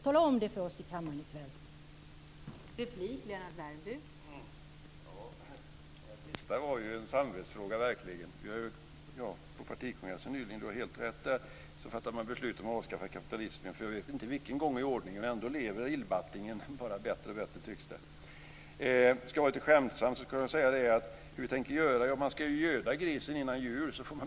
Tala om det för oss i kammaren i kväll!